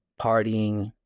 partying